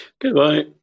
Goodbye